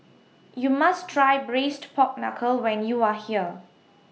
YOU must Try Braised Pork Knuckle when YOU Are here